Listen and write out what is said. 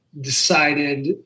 decided